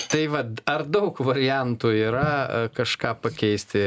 tai vat ar daug variantų yra kažką pakeisti